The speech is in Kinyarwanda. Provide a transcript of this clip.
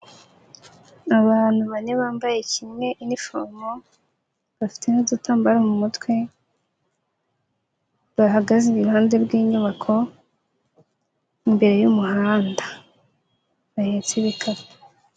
Abantu bane bambaye kimwe iniforomo bafite n'udutambaro mu mutwe, bahagaze iruhande rw'inyubako imbere y'umuhanda bahetse ibikapu.